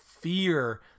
fear